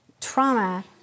Trauma